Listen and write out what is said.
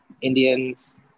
indians